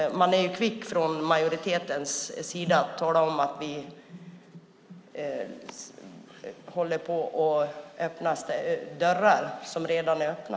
Man är kvick från majoritetens sida att tala om att man håller på att öppna dörrar som redan är öppna.